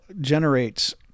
generates